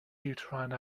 uterine